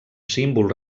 símbol